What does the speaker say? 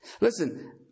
Listen